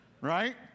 right